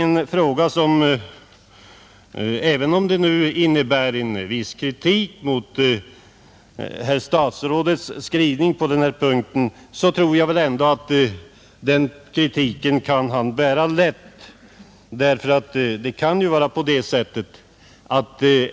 Nåja — om det innebär en viss kritik mot herr statsrådets skrivning på den här punkten, så tror jag att han kan bära den kritiken lätt.